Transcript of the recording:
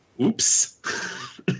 oops